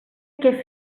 què